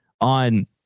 on